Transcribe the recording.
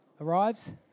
arrives